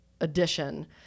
addition